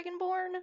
Dragonborn